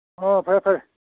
ꯑꯣ ꯐꯔꯦ ꯐꯔꯦ